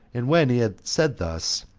and when he had said thus,